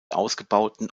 ausgebauten